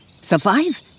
survive